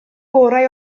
gorau